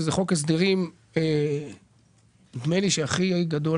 נדמה לי שזה חוק הסדרים שהוא הכי גדול,